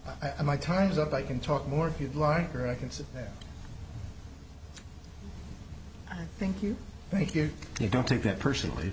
e i my time's up i can talk more if you'd like or i can see their thank you thank you you don't take it personally